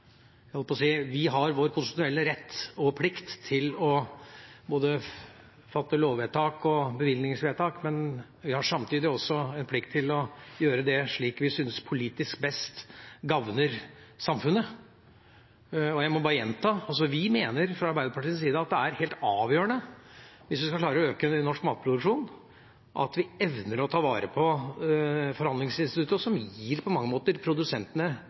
Jeg må bare gjenta: Vi mener fra Arbeiderpartiets side at det er helt avgjørende hvis vi skal klare å øke norsk matproduksjon, at vi evner å ta vare på forhandlingsinstituttet, som på mange måter gir produsentene